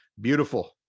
Beautiful